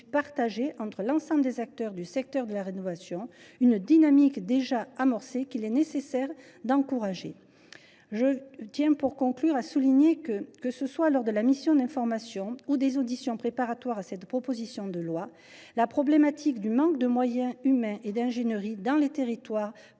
partagé par l’ensemble des acteurs du secteur de la rénovation. C’est une dynamique déjà amorcée, qu’il convient d’encourager. Je tiens pour conclure à souligner que, tant lors des travaux de la mission d’information que pendant les auditions préparatoires à cette proposition de loi, la problématique du manque de moyens humains et d’ingénierie dans les territoires pour